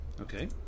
Okay